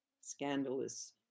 scandalous